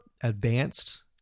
advanced